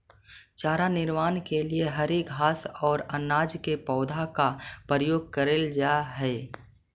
चारा निर्माण के लिए हरी घास और अनाज के पौधों का प्रयोग करल जा हई